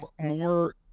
more